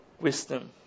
wisdom